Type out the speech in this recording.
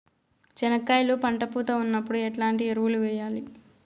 చెనక్కాయలు పంట పూత ఉన్నప్పుడు ఎట్లాంటి ఎరువులు వేయలి?